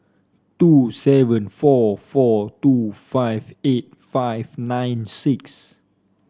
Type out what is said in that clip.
two seven four four two five eight five nine six